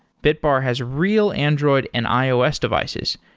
bitbar has real android and ios devices,